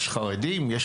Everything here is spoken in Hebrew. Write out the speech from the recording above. יש חרדים, יש